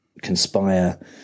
conspire